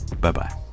Bye-bye